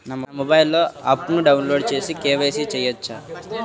నా మొబైల్లో ఆప్ను డౌన్లోడ్ చేసి కే.వై.సి చేయచ్చా?